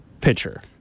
pitcher